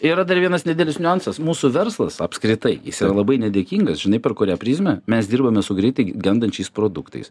yra dar vienas nedidelis niuansas mūsų verslas apskritai jisai yra labai nedėkingas žinai per kurią prizmę mes dirbame su greitai gendančiais produktais